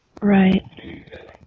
right